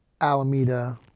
Alameda